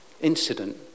incident